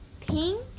Pink